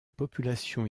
populations